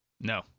No